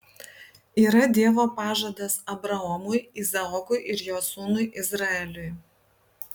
yra dievo pažadas abraomui izaokui ir jo sūnui izraeliui